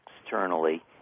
externally